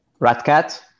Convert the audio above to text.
Ratcat